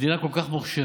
מדינה כל כך מוכשרת,